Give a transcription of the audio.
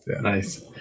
nice